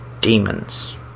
demons